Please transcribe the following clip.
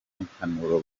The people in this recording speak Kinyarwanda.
impanuro